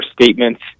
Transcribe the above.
statements